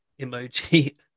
emoji